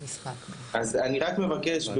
אז אני רק מבקש,